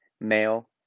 Male